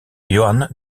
johan